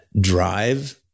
drive